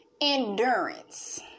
endurance